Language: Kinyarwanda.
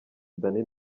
dany